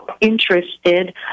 interested